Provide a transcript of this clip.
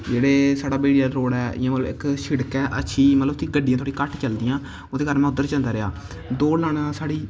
जेह्ड़े साढ़ा ब्हेड़ी आह्ला रोड ऐ इ'यां मतलब इक सिड़क ऐ अच्छी मतलब उत्थै गड्डियां थोह्ड़ियां घट्ट चलदियां ओह्दे कारण में उद्धर जंदा रेहा दौड़ लाना साढ़ी